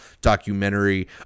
documentary